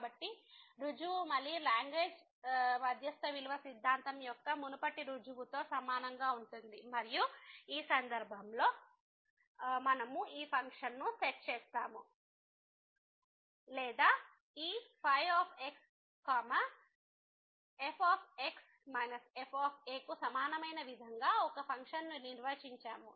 కాబట్టి రుజువు మళ్ళీ లాగ్రేంజ్ మధ్యస్థ విలువ సిద్ధాంతం యొక్క మునుపటి రుజువుతో సమానంగా ఉంటుంది మరియు ఈ సందర్భంలో మనము ఈ ఫంక్షన్ను సెట్ చేసాము లేదా ఈ ϕ f f కు సమానమైన విధంగా ఒక ఫంక్షన్ను నిర్వచించాము